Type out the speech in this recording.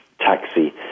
taxi